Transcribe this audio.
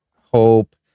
hope